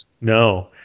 No